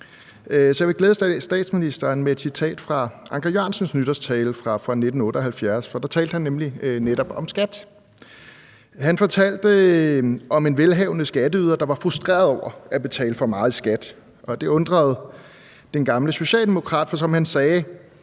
jeg vil glæde statsministeren med et citat fra Anker Jørgensens nytårstale fra 1978, for der talte han nemlig netop om skat. Han fortalte om en velhavende skatteyder, der var frustreret over at betale for meget i skat, og det undrede den gamle socialdemokrat, for som han sagde: